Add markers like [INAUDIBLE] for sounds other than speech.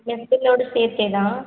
[UNINTELLIGIBLE] சேர்த்தே தான்